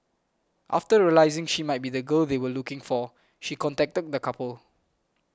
after realising she might be the girl they were looking for she contacted the couple